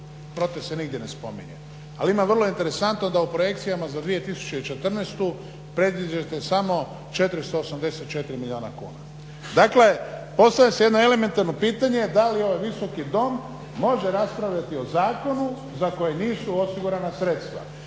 HROTE se nigdje ne spominje ali ima vrlo interesantno da projekcijama za 2014. predviđen je samo 448 milijuna kuna. Dakle, postavlja se jedno elementarno pitanje da li ovaj visoki Dom može raspravljati o zakonu za kojega nisu osigurana sredstva.